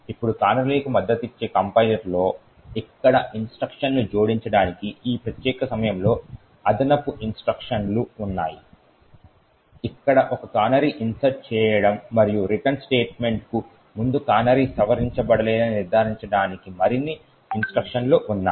ఇప్పుడు కానరీలకు మద్దతిచ్చే కంపైలర్లలో ఇక్కడ ఇన్స్ట్రక్షన్లు జోడించడానికి ఈ ప్రత్యేక సమయంలో అదనపు ఇన్స్ట్రక్షన్లు ఉన్నాయి ఇక్కడ ఒక కానరీని ఇన్సర్ట్ చేయడం మరియు రిటర్న్ స్టేట్మెంట్ కు ముందు కానరీ సవరించబడలేదని నిర్ధారించడానికి మరిన్ని ఇన్స్ట్రక్షన్లు ఉన్నాయి